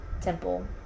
temple